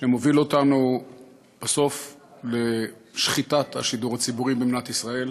שמוביל אותנו בסוף לשחיטת השידור הציבורי במדינת ישראל.